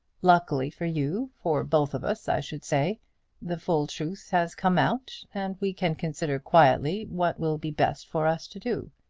luckily for you for both of us, i should say the full truth has come out and we can consider quietly what will be best for us to do,